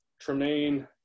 Tremaine